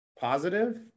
positive